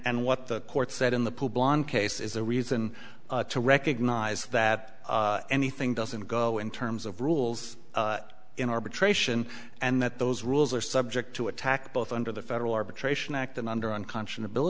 what the court said in the pl blon case is a reason to recognize that anything doesn't go in terms of rules in arbitration and that those rules are subject to attack both under the federal arbitration act and under unconscionabl